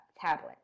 tablet